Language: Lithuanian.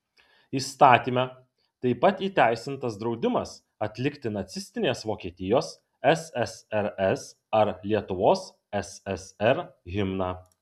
įstatyme taip pat įteisintas draudimas atlikti nacistinės vokietijos ssrs ar lietuvos ssr himną